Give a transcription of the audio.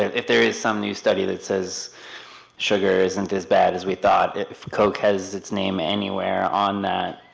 if there is some new study that says sugar isn't as bad as we thought, if coke has it's name anywhere on that,